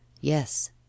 Yes